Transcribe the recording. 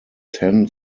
ten